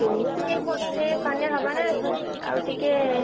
ସେମିତି ପୁଣି କନେ ହବନା ଆଉ ଟିକିଏ